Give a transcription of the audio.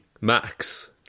Max